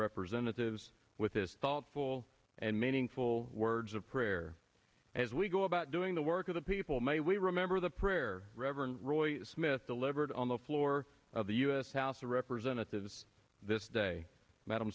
representatives with this call full and meaningful words of prayer as we go about doing the work of the people may we remember the prayer reverend roy smith delivered on the floor of the u s house of representatives this day madam